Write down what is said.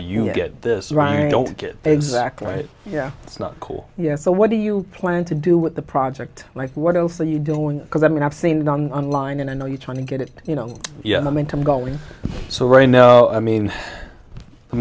you get this right exactly yeah it's not cool yes so what do you plan to do with the project like what else are you doing because i mean i've seen done online and i know you're trying to get it you know i mean come going so right now i mean the